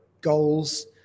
goals